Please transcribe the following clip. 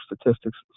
statistics